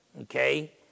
okay